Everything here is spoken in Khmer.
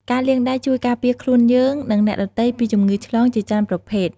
ការលាងដៃជួយការពារខ្លួនយើង និងអ្នកដទៃពីជំងឺឆ្លងជាច្រើនប្រភេទ។